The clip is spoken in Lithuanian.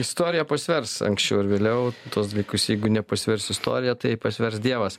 istorija svers anksčiau ar vėliau tuos dalykus jeigu nepasvers istorija tai pasvers dievas